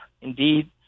Indeed